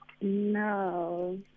No